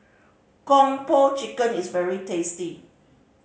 Kung Po Chicken is very tasty